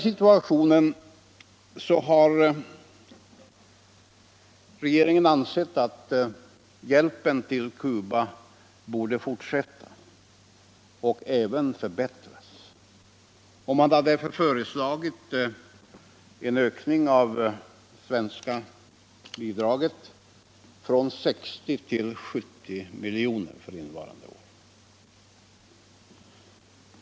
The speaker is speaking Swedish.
Regeringen har nu ansett att hjälpen till Cuba bör fortsätta och förbättras. Därför har man föreslagit en ökning av det svenska bidraget från nuvarande 60 miljoner till 70 miljoner för budgetåret 1976/77.